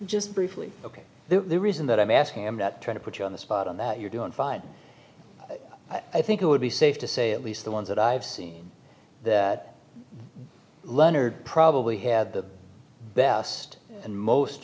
just briefly ok the reason that i'm asking i'm not trying to put you on the spot on that you're doing fine i think it would be safe to say at least the ones that i've seen that leonard probably had the best and most